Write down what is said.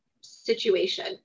situation